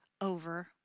over